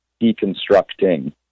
deconstructing